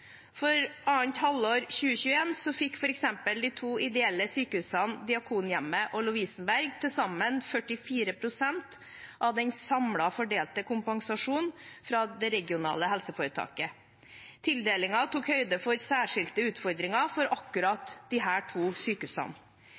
For annet halvår 2021 fikk f.eks. de to ideelle sykehusene Diakonhjemmet og Lovisenberg til sammen 44 pst. av den samlede fordelte kompensasjonen fra det regionale helseforetaket. Tildelingen tok høyde for særskilte utfordringer for akkurat disse to sykehusene.